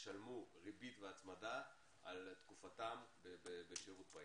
ישלמו ריבית והצמדה על תקופתם בשירות צבאי.